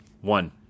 one